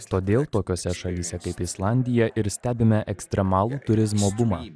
todėl tokiose šalyse kaip islandija ir stebime ekstremalų turizmo bumą